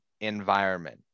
environment